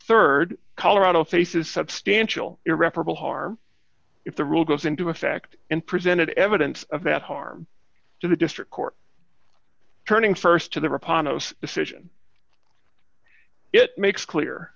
rd colorado faces substantial irreparable harm if the rule goes into effect and presented evidence of that harm to the district court turning st to the reponse of decision it makes clear